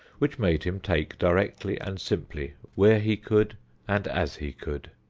which made him take directly and simply where he could and as he could.